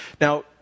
Now